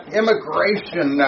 immigration